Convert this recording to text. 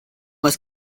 was